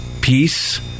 peace